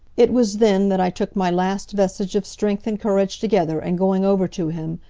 it was then that i took my last vestige of strength and courage together and going over to him,